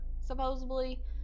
supposedly